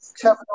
Kevin